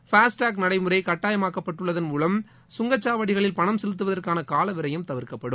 FASTag நடைமுறை கட்டாயமாக்கப்பட்டுள்ளதன் மூலம் சுங்கச்சாவடிகளில் பணம் செலுத்துவதற்காள கால விரையம் தவிர்க்கப்படும்